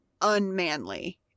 unmanly